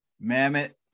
mammoth